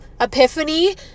epiphany